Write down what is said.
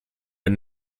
had